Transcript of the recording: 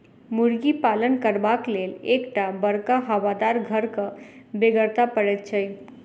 मुर्गी पालन करबाक लेल एक टा बड़का हवादार घरक बेगरता पड़ैत छै